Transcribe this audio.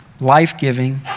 life-giving